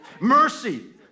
Mercy